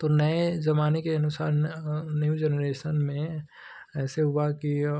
तो नए ज़माने के अनुसार न्यू जेनरेशन में ऐसे हुआ कि